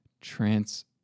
trans